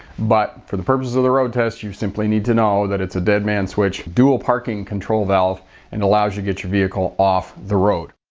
but for the purpose of the road test you simply need to know that it's a deadman switch. dual parking control valve and allows you get your vehicle off the road.